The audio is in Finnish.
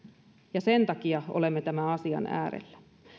ja sen takia olemme tämän asian äärellä